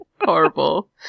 Horrible